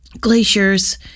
glaciers